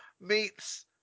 meets